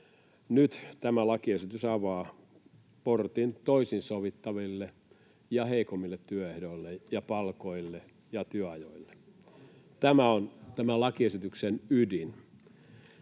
Nyt tämä lakiesitys avaa portin toisin sovittaville ja heikommille työehdoille ja palkoille ja työajoille. [Jani Mäkelän